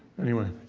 anyway,